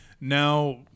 Now